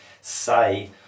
say